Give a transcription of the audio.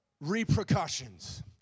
repercussions